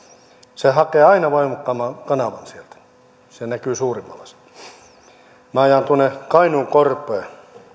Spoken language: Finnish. se hakee aina vain kanavan sieltä se näkyy suurimmalla siellä kun minä ajan tuonne kainuun korpeen